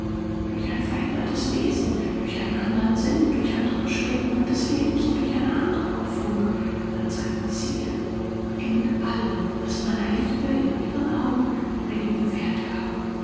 durch ein verändertes wesen durch einen andern sinn durch andere bestrebungen des lebens und durch eine andere hoffnung als seinem ziel in allem was meiner liebe in ihren augen einigen wert gab